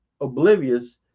oblivious